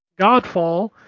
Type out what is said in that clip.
Godfall